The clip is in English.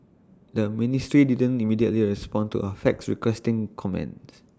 the ministry didn't immediately respond to A fax requesting comments